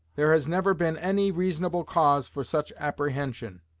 there has never been any reasonable cause for such apprehension.